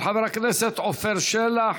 של חברי הכנסת עפר שלח,